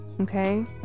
okay